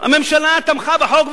הממשלה תמכה בחוק.